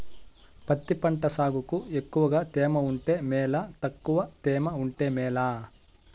పత్తి పంట సాగుకు ఎక్కువగా తేమ ఉంటే మేలా తక్కువ తేమ ఉంటే మేలా?